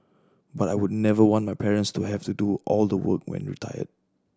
but I would never want my parents to have to do all the work when retired